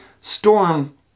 storm